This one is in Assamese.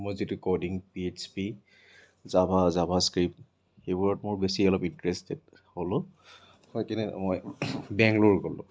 মোৰ যিটো coding P H P Java JavaScript সেইবোৰত মোৰ বেছি অলপ ইণ্টাৰেষ্টেড হ'লো হৈ কিনে মই বেংগলোৰ গ'লো